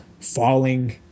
falling